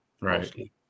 Right